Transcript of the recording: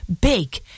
big